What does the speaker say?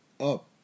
up